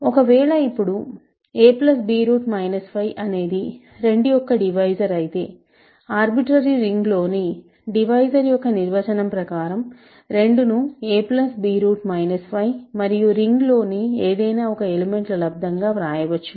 ఒక వేళ ఇప్పుడు a b 5 అనేది 2 యొక్క డివైజర్ అయితే ఆర్బిట్రరి రింగ్లోని డివైజర్ యొక్క నిర్వచనం ప్రకారం 2 ను a b 5 మరియు రింగ్లోని ఏదైనా ఒక ఎలిమెంట్ ల లబ్దంగా వ్రాయవచ్చు